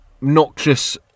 noxious